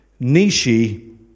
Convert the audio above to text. Nishi